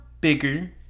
bigger